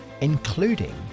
including